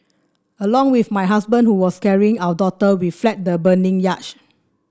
along with my husband who was carrying our daughter we fled the burning yacht